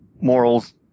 morals